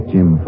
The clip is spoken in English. Jim